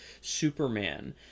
superman